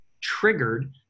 triggered